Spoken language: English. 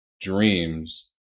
dreams